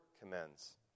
commends